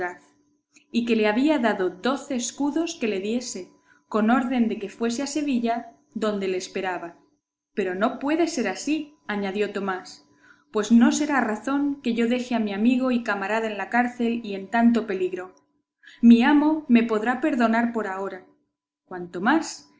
y que le había dado doce escudos que le diese con orden de que se fuese a sevilla donde le esperaba pero no puede ser así añadió tomás pues no será razón que yo deje a mi amigo y camarada en la cárcel y en tanto peligro mi amo me podrá perdonar por ahora cuanto más